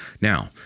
Now